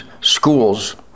schools